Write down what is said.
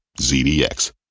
ZDX